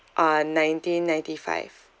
uh nineteen ninety five